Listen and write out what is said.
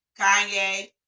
Kanye